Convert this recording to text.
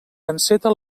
enceta